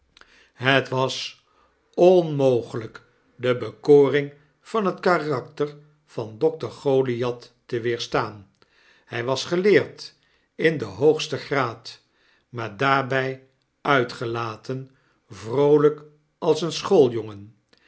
het was onmogelijk de bekoring van het karakter van dokter goliath te weerstaan hy was geleerd in den hoogsten graad maar daarbij uitgehten vroolyk als een